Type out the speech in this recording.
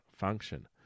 function